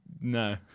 no